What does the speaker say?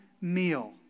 meal